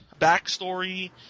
backstory